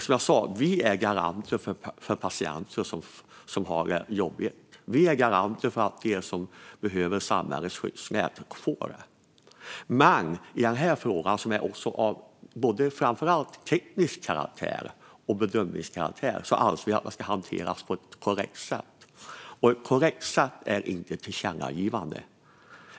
Som jag sa är vi garanter för patienter som har det jobbigt, och vi är garanter för att de som behöver samhällets skyddsnät också får det. Men i denna fråga som framför allt är av teknisk karaktär och bedömningskaraktär anser vi att den ska hanteras korrekt. Ett korrekt sätt är inte ett tillkännagivande.